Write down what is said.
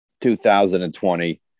2020